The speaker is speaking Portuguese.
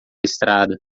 estrada